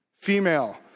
female